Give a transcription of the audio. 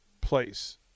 place